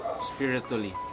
spiritually